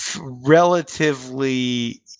relatively